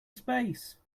space